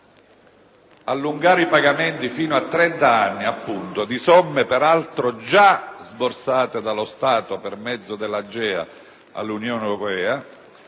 allungare i pagamenti fino a trenta anni di somme peraltro già sborsate dallo Stato per mezzo dell'AGEA all'Unione europea